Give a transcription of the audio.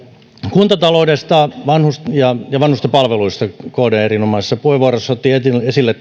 kuntataloudesta ja vanhusten palveluista kd erinomaisessa puheenvuorossaan otti esille